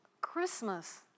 Christmas